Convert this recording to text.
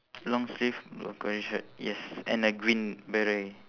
long sleeve grey shirt yes and a green beret